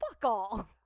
fuck-all